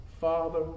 Father